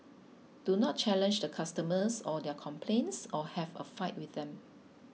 do not challenge the customers or their complaints or have a fight with them